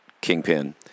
kingpin